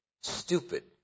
stupid